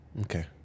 Okay